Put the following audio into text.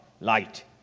light